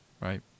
right